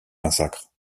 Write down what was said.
massacre